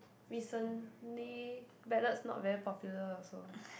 recently ballads not very popular also